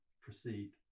proceed